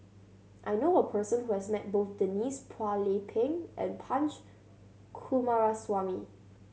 I knew a person who has met both Denise Phua Lay Peng and Punch Coomaraswamy